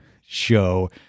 show